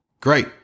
Great